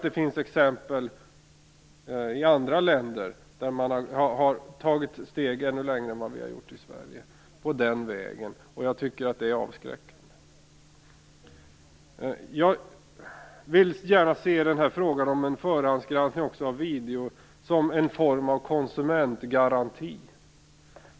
Det finns exempel i andra länder där man har gått ännu längre än vi har gjort i Sverige på den vägen, och jag tycker att det avskräcker. Jag vill gärna se frågan om en förhandsgranskning av video som en form av konsumentgaranti.